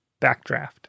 Backdraft